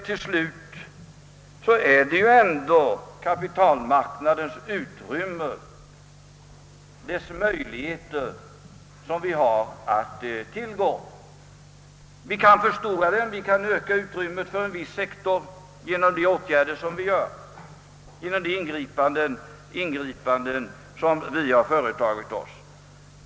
Till slut är det ändå kapitalmarknadens utrymme och dess möjligheter som vi har att tillgå. Vi kan öka utrymmet för en viss sektor genom de ingripanden som vi företar.